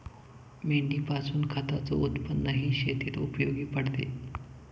मेंढीपासून खताच उत्पन्नही शेतीत उपयोगी पडते